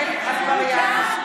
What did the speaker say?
אטבריאן,